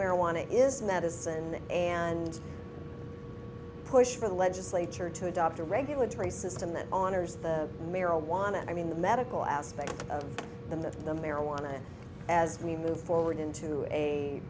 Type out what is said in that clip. marijuana is medicine and push for the legislature to adopt a regulatory system that honors the marijuana i mean the medical aspect of the the marijuana as we move forward into a